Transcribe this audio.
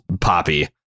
poppy